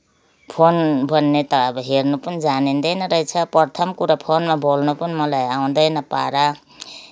phone भन्ने त हेर्न पनि जानिँदैन रहेछ पर्थामा कुरा फोनमा बोल्न पनि मलाई आउँदैन पारा